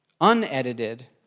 unedited